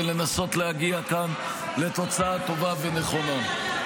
כדי לנסות להגיע כאן לתוצאה טובה ונכונה.